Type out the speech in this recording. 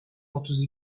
otuz